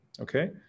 Okay